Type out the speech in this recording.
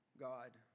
God